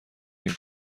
این